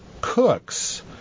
cooks